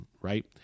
right